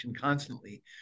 constantly